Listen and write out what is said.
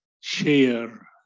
share